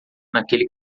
naquele